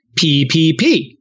PPP